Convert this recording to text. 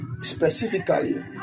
specifically